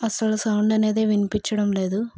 అసలు సౌండ్ అనేది వినిపిచ్చడం లేదు